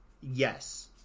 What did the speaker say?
yes